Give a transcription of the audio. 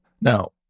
now